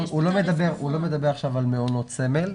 הוא לא מדבר עכשיו על מעונות סמל,